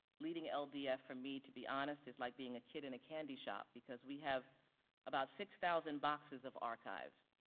leading ldf for me, to be honest, is like being a kid in a candy shop because we have about six thousand boxes of archives,